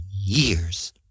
years